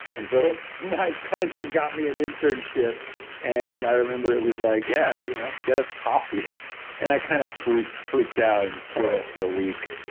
and so my cousin got me an internship and and i remember it was like yeah you know get us coffee and i kind of freaked freaked out and quit after ah week.